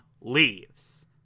leaves